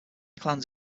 clans